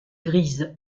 grise